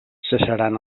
cessaran